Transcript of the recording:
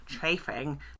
chafing